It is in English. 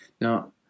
Now